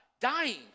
dying